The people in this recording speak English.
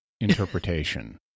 interpretation